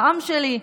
"העם שלי"